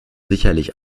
sicherlich